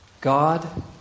God